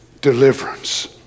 deliverance